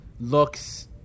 looks